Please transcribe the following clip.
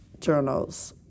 journals